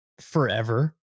forever